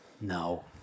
No